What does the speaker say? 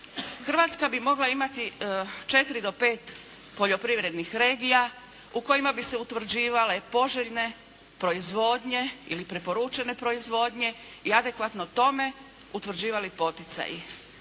Hrvatska bi mogla imati četiri do pet poljoprivrednih regija u kojima bi se utvrđivale poželjne proizvodnje ili preporučene proizvodnje i adekvatno tome utvrđivali poticaji.